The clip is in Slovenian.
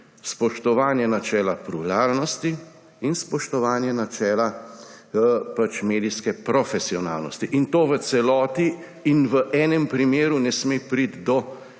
spoštovanje načela pluralnosti in spoštovanje načela medijske profesionalnosti, in to v celoti. V enem primeru ne sme priti do